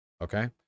Okay